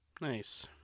Nice